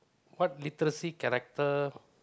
what literacy character